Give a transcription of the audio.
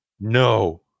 no